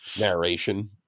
narration